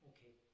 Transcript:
Okay